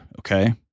Okay